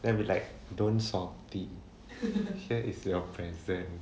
then will be like don't so salty here's your present